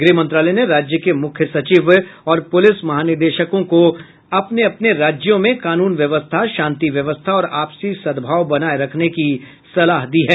गृहमंत्रालय ने राज्यों के मुख्य सचिव और पुलिस महानिदेशक को अपने अपने राज्यों में कानून व्यवस्था शांति व्यवस्था और आपसी सद्भाव बनाए रखने की सलाह दी है